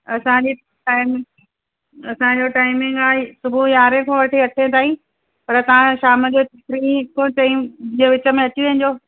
असांजी टाइम असांजो टाइमिंग आहे सुबुह यारहें खां वठी अठे ताईं पर तव्हां शाम जो टी खां चई जे विच में अची वञिजो